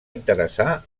interessar